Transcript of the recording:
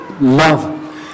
love